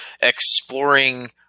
exploring